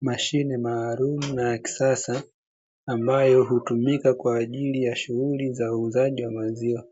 Mashine maalumu na ya kisasa ambayo hutumika kwa ajili ya shughuli za uuzaji wa maziwa,